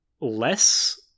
less